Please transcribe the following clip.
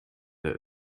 der